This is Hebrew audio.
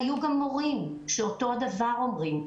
היו גם מורים שאותו דבר אומרים.